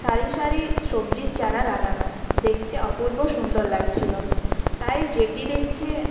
সারি সারি সবজির চারা লাগানো দেখতে অপূর্ব সুন্দর লাগছিল তাই যেটি দেখে